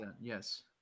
Yes